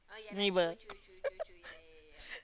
neighbour